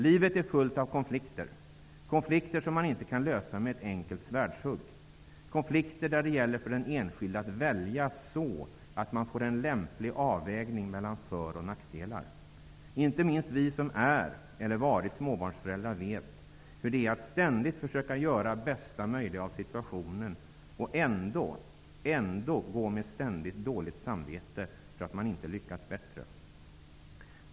Livet är fullt av konflikter som man inte kan lösa med ett enkelt svärdshugg, konflikter där det gäller för den enskilde att välja så att man får en lämplig avvägning mellan för och nackdelar. Inte minst vi som är eller varit småbarnsföräldrar vet hur det är att ständigt försöka göra bästa möjliga av situationen och ändå gå med ständigt dåligt samvete för att man inte lyckats bättre.